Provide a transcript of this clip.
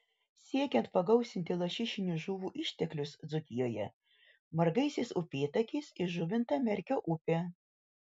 siekiant pagausinti lašišinių žuvų išteklius dzūkijoje margaisiais upėtakiais įžuvinta merkio upė